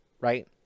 Right